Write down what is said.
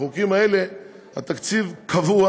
בחוקים האלה התקציב קבוע,